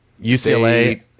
UCLA—